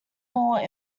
more